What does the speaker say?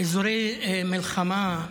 באזורי מלחמה,